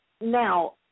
Now